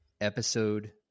episode